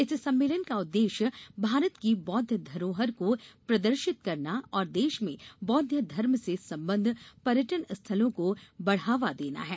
इस सम्मेलन का उद्देश्य भारत की बौद्ध धरोहर को प्रदर्शित करना और देश में बौद्ध धर्म से संबद्व पर्यटन स्थलों को बढ़ावा देना है